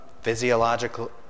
physiological